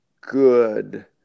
good